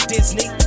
Disney